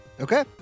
Okay